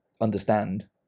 understand